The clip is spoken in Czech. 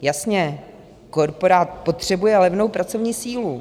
Jasně, korporát potřebuje levnou pracovní sílu.